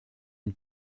une